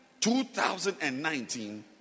2019